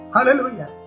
Hallelujah